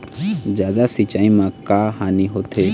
जादा सिचाई म का हानी होथे?